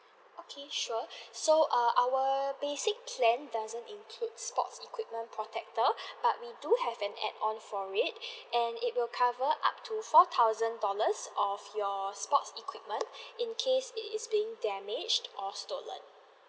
okay sure so err our basic plan doesn't include sports equipment protector but we do have an add on for it and it would cover up to four thousand dollars of your sports equipment in case it is being damaged or stolen